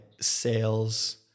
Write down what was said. sales